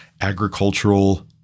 agricultural